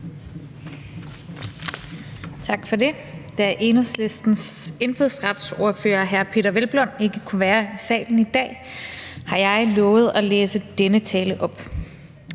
Tak for det. Da Enhedslistens indfødsretsordfører, hr. Peder Hvelplund, ikke kunne være i salen i dag, har jeg lovet at læse denne tale op: